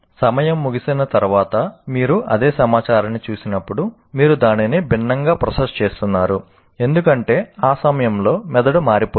సమయం ముగిసిన తర్వాత మీరు అదే సమాచారాన్ని చూసినప్పుడు మీరు దానిని భిన్నంగా ప్రాసెస్ చేస్తున్నారు ఎందుకంటే ఈ సమయంలో మెదడు మారిపోయింది